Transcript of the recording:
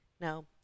Now